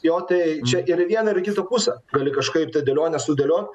jo tai čia ir į vieną ir į kitą pusę gali kažkaip tai dėlionę sudėliot